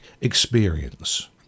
experience